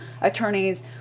attorneys